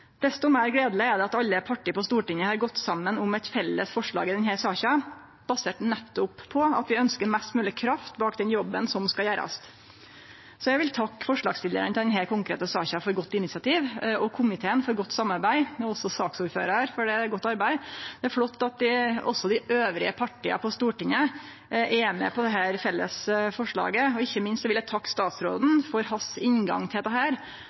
at alle partia på Stortinget har gått saman om eit felles forslag i denne saka, basert nettopp på at vi ønskjer mest mogleg kraft bak den jobben som skal gjerast. Så eg vil takke forslagsstillarane til denne konkrete saka for eit godt initiativ, komiteen for godt samarbeid og saksordføraren for godt arbeid. Det er flott at også dei andre partia er med på dette felles forslaget. Ikkje minst vil eg takke statsråden for hans inngang til dette